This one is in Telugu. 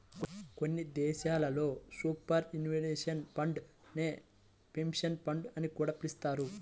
కొన్ని దేశాల్లో సూపర్ యాన్యుయేషన్ ఫండ్ నే పెన్షన్ ఫండ్ అని కూడా పిలుస్తున్నారు